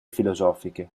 filosofiche